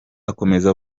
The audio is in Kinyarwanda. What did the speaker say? akomeza